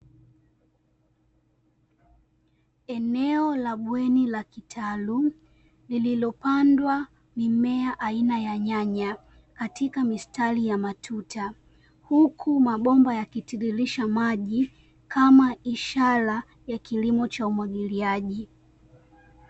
Eneo la bweni la kitalu lililopandwa mimea aina ya nyanya, katika mistari ya matuta, huku mabomba yakitiririsha maji kama ishara ya kilimo cha umwagiliaji.